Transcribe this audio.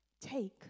Take